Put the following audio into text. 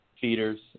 feeders